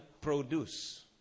produce